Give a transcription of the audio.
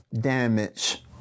damage